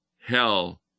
hell